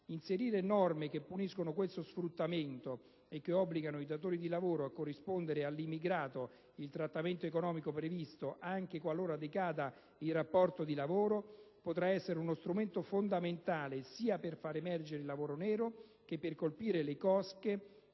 Inserire norme che puniscono questo sfruttamento e che obbligano i datori di lavoro a corrispondere all'immigrato il trattamento economico previsto anche qualora decada il rapporto di lavoro potrà essere uno strumento fondamentale sia per far emergere il lavoro nero che per colpire le cosche